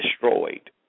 destroyed